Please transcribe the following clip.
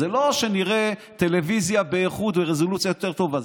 זה לא שנראה טלוויזיה באיכות או ברזולוציה יותר טובה.